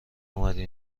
اومدی